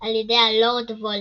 על ידי הלורד וולדמורט,